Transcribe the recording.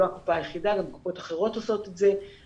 פחות מחצי אחוז מהנשים שלנו הן כן מאומתות קורונה,